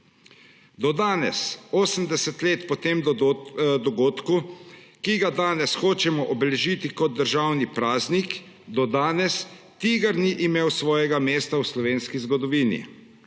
Do danes, 80 let po tem dogodku, ki ga danes hočemo obeležiti kot državni praznik, do danes TIGR ni imel svojega mesta v slovenski zgodovini.